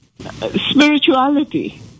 spirituality